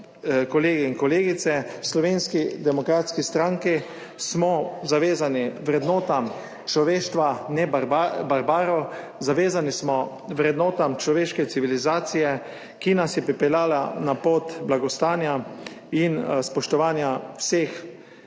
kolegi in kolegice, v Slovenski demokratski stranki smo zavezani vrednotam človeštva, ne barbarov, zavezani smo vrednotam človeške civilizacije, ki nas je pripeljala na pot blagostanja in spoštovanja vseh